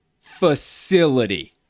facility